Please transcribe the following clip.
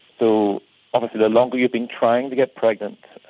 so obviously the longer you've been trying to get pregnant